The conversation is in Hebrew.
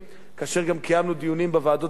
כאשר גם קיימנו דיונים בוועדות השונות,